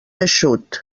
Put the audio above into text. eixut